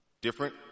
Different